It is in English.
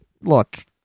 look